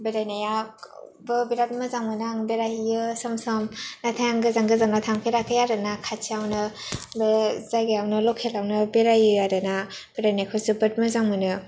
बेरायनायाबो बेराद मोजां मोनो आं बेरायहैयो सम सम आं नाथाय आं गोजान गोजानाव थांफेराखै आरो ना खाथियावनो बे जायगायावनो लकेलावनो बेरायो आरो ना बेरायनायखौ जोबोद मोजां मोनो